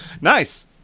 Nice